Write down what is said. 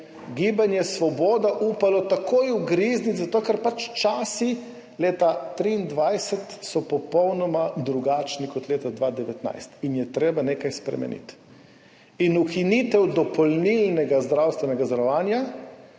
gibanje Svoboda upalo takoj ugrizniti, zato ker so pač časi leta 2023 popolnoma drugačni kot leta 2019 in je treba nekaj spremeniti, ukinitev dopolnilnega zdravstvenega zavarovanja